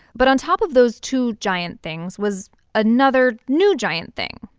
but on top of those two giant things was another new giant thing.